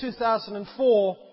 2004